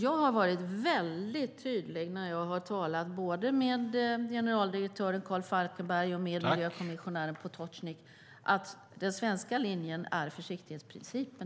Jag har varit väldigt tydlig när jag har talat med generaldirektören Karl Falkenberg och miljökommissionären Potocnik att den svenska linjen är försiktighetsprincipen.